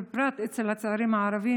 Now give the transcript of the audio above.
ובפרט אצל הצעירים הערבים,